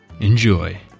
Enjoy